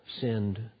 sinned